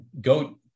go